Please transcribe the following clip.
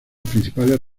principales